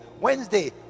Wednesday